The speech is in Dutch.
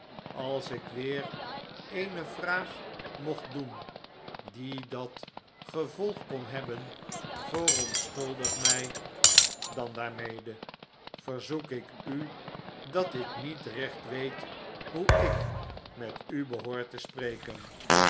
als ik weer eene vraag mocht doen die dat gevolg kon hebben verontschuldig mij dan daarmede verzoek ik u dat ik niet recht weet hoe ik met u behoor te spreken